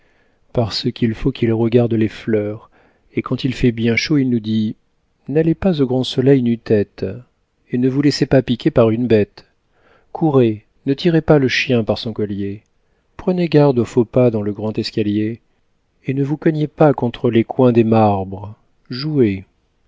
parce qu'il faut qu'il regarde les fleurs et quand il fait bien chaud il nous dit n'allez pas au grand soleil nu-tête et ne vous laissez pas piquer par une bête courez ne tirez pas le chien par son collier prenez garde aux faux pas dans le grand escalier et ne vous cognez pas contre les coins des marbres jouez